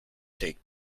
take